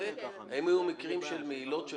--- האם היו מקרים של מעילות של